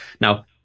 Now